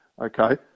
Okay